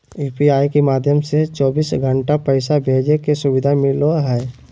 UPI माध्यम से चौबीसो घण्टा पैसा भेजे के सुविधा मिलो हय